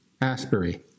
Asbury